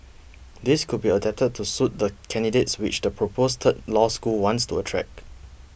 these could be adapted to suit the candidates which the proposed third law school wants to attract